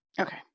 Okay